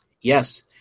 Yes